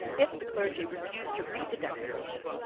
if the clergy refused to read the declaration,